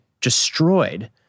destroyed